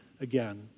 again